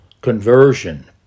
conversion